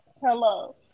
Hello